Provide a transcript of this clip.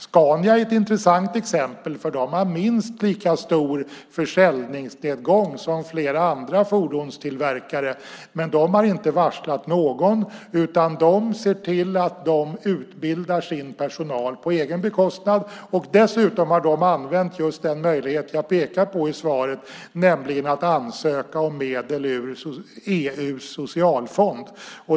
Scania är ett intressant exempel, för det har en minst lika stor försäljningsnedgång som flera andra fordonstillverkare, men de har inte varslat någon, utan de ser till att de utbildar sin personal på egen bekostnad. Dessutom har de använt just den möjlighet jag pekade på i svaret, nämligen att ansöka om medel ur EU:s socialfond.